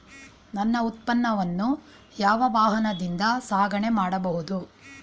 ನನ್ನ ಉತ್ಪನ್ನವನ್ನು ಯಾವ ವಾಹನದಿಂದ ಸಾಗಣೆ ಮಾಡಬಹುದು?